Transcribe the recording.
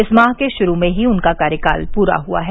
इस माह के शुरू में ही उनका कार्यकाल पूरा हुआ है